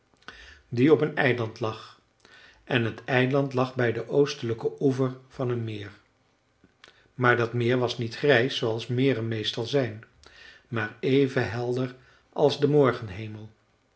die op een eiland lag en t eiland lag bij den oostelijken oever van een meer maar dat meer was niet grijs zooals meren meestal zijn maar even helder als de morgenhemel